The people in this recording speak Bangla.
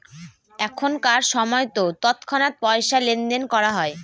এখনকার সময়তো তৎক্ষণাৎ পয়সা লেনদেন করা হয়